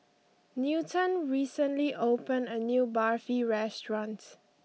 Newton recently opened a new Barfi restaurant